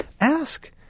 ask